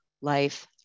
life